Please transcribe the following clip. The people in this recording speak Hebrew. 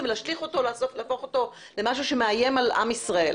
ולהשליך אותו ולהפוך אותו למשהו שמאיים על עם ישראל,